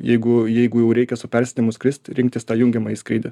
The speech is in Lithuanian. jeigu jeigu jau reikia su persėdimu skrist rinktis tą jungiamąjį skrydį